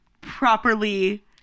properly